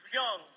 young